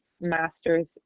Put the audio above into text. master's